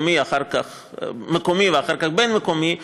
מקומי ואחר כך בין-מקומי,